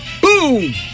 Boom